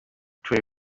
troy